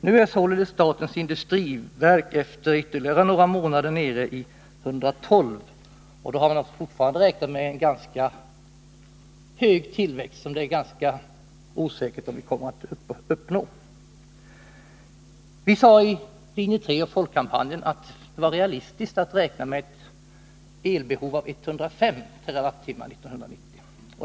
Nu är således statens industriverk efter ytterligare några månader nere i 112, och då har man fortfarande räknat med en ganska hög tillväxt som det är osäkert om man kommer att uppnå. Vi sade i linje 3 och folkkampanjen att det var realistiskt att räkna med ett elbehov av 105 TWh 1990.